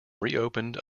reopened